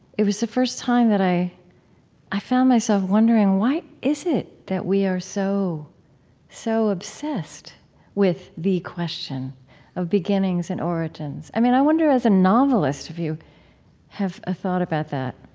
it was the first time that i i found myself wondering, why is it that we are so so obsessed with the question of beginnings and origins? i mean, i wonder as a novelist if you have a thought about that